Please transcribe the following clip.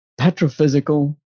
petrophysical